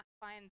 find